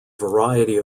variety